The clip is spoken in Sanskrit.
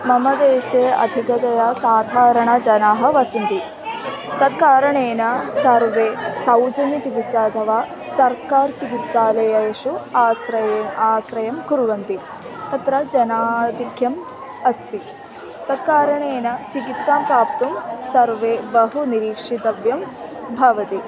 मम देशे अधिकतया साधारणजनाः वसन्ति तत्कारणेन सर्वे सौजन्यचिकित्सा अथवा सर्वकारचिकित्सालयेषु आश्रयम् आश्रयं कुर्वन्ति तत्र जनाधिक्यम् अस्ति तत्कारणेन चिकित्सां प्राप्तुं सर्वे बहु निरीक्षितव्यं भवति